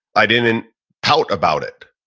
i didn't pout about it.